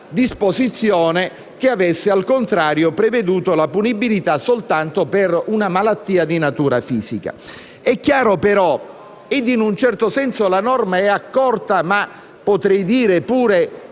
stata dispari una disposizione che avesse, al contrario, previsto la punibilità soltanto per una malattia di natura fisica. È chiaro però - e, in un certo senso, la norma è accorta ma, potrei dire,